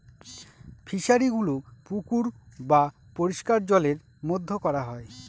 ফিশারিগুলো পুকুর বা পরিষ্কার জলের মধ্যে করা হয়